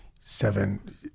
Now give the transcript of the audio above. Seven